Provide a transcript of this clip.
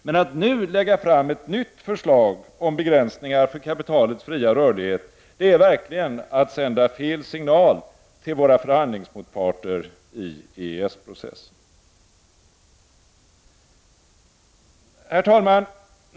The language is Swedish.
Men att nu lägga fram ett nytt förslag om begränsningar för kapitalets fria rörlighet är verkligen att sända fel signal till våra förhandlingsmotparter i EES-processen. Herr talman!